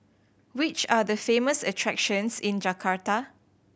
which are the famous attractions in Jakarta